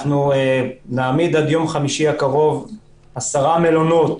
עד יום חמישי הקרוב אנחנו נעמיד עשרה מלונות